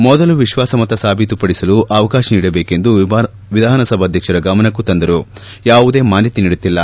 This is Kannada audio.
ಮೊದಲು ವಿಶ್ವಾಸಮತ ಸಾಬೀತಪಡಿಸಲು ಅವಕಾಶ ನೀಡಬೇಕೆಂದು ವಿಧಾನಸಭಾಧ್ಯಕ್ಷರ ಗಮನಕ್ಕೂ ತಂದರೂ ಯಾವುದೇ ಮಾನ್ನತೆ ನೀಡುತ್ತಿಲ್ಲ